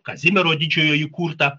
kazimiero didžiojo įkurtą